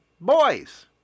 boys